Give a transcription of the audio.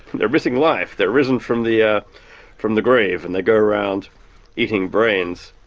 they're missing life, they're risen from the ah from the grave, and they go around eating brains.